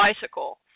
bicycle